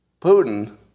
Putin